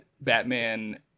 Batman